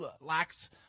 lacks